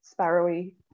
sparrowy